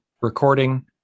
recording